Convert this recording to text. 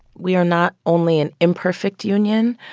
we are not only an imperfect union,